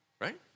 right